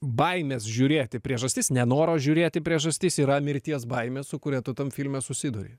baimės žiūrėti priežastis nenoro žiūrėti priežastis yra mirties baimė su kuria tu tam filme susiduri